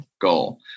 goal